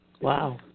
Wow